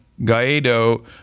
Guaido